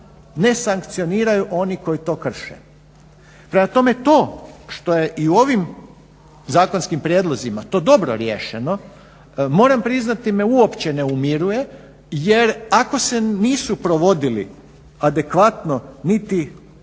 ne sankcioniraju oni koji to krše. Prema tome, to što je i ovim zakonskim prijedlozima to dobro riješeno moram priznati me uopće ne umiruje jer ako se nisu provodili adekvatno niti dosadašnji